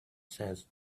says